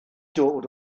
dod